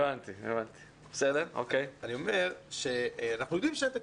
אנחנו יודעים שאין תקציב.